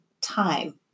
time